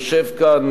היישוב שלכם,